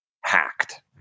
hacked